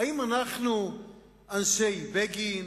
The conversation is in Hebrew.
האם אנחנו אנשי בגין?